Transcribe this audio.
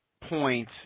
point